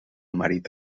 marit